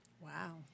Wow